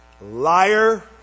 Liar